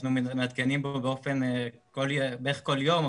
שאנחנו מעדכנים בו בערך כל יום,